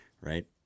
right